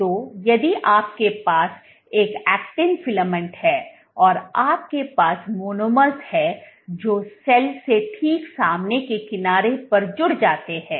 तो यदि आपके पास एक एक्टिन फिलामेंट है और आपके पास मोनोमर्स हैं जो सेल के ठीक सामने के किनारे पर जुड़ जाते हैं